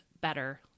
better